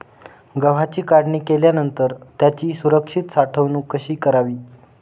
गव्हाची काढणी केल्यानंतर त्याची सुरक्षित साठवणूक कशी करावी?